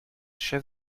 chefs